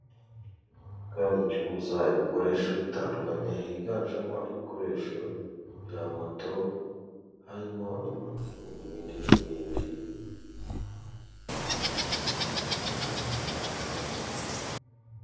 Iduka ricuruza ibikoresho bitandukanye higanjemo ibikoresho bya moto, harimo inguvu n'ibindi n'ibindi.